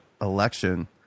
election